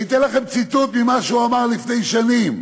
אני אתן לכם ציטוט ממה שהוא אמר לפני שנים.